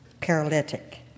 paralytic